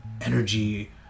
energy